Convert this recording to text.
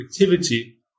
activity